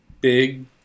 big